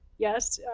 yes,